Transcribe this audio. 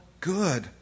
good